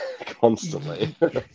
constantly